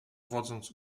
wodząc